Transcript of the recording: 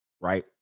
Right